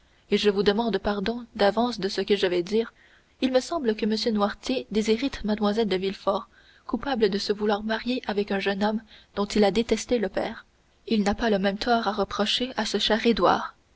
et je vous demande pardon d'avance de ce que je vais dire il me semble que si m noirtier déshérite mlle de villefort coupable de se vouloir marier avec un jeune homme dont il a détesté le père il n'a pas le même tort à reprocher à ce cher